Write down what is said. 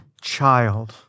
child